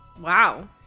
Wow